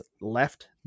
left